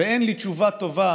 ואין לי תשובה טובה